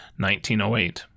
1908